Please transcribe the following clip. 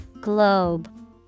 Globe